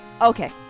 Okay